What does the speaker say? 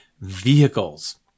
vehicles